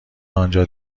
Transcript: آنجا